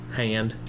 hand